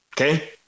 Okay